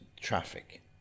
traffic